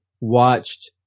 watched